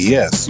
Yes